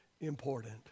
important